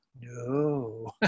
no